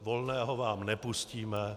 Volného vám nepustíme.